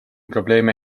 probleeme